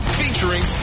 featuring